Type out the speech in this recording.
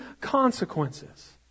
consequences